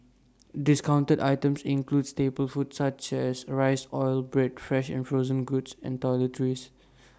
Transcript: discounted items included staple food items such as rice oil bread fresh and frozen foods and toiletries